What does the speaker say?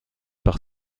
par